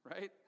right